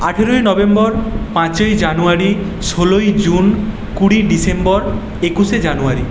আঠেরোই নভেম্বর পাঁচই জানুয়ারি ষোলোই জুন কুড়ি ডিসেম্বর একুশে জানুয়ারি